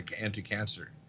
anti-cancer